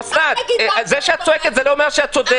אוסנת, זה שאת צועקת, זה לא אומר שאת צודקת.